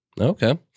Okay